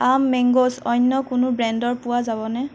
আম মেংগচ অন্য কোনো ব্ৰেণ্ডৰ পোৱা যাবনে